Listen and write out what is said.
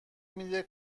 میده